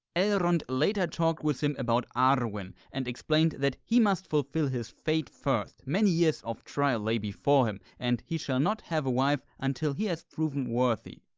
elrond later talked with him about arwen and explained that he must fulfil his fate first. many years of trial lay before him and he shall not have a wife until he has proven worthy.